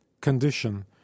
condition